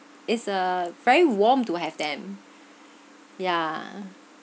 it's a very warm to have them yeah